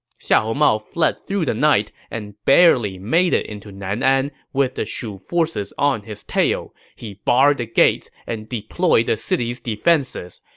xiahou mao fled through the night and barely made it into nanan with the shu forces on his tail. he barred the gates and deployed the city's defenses.